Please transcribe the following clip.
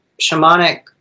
shamanic